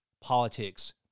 politics